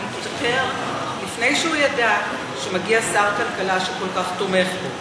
הוא התפטר לפני שהוא ידע שמגיע שר כלכלה שכל כך תומך בו.